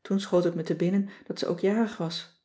toen schoot het me te binnen dat ze ook jarig was